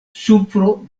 supro